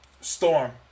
Storm